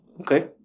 okay